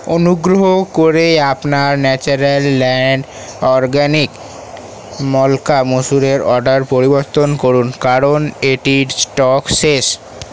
অনুগ্রহ করে আপনার নেচারল্যান্ড অরগ্যানিক্স মালকা মুসুরের অর্ডার পরিবর্তন করুন কারণ এটির স্টক শেষ